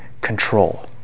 control